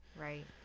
Right